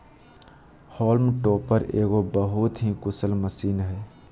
haulm topper एगो बहुत ही कुशल मशीन हइ